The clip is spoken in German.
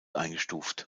eingestuft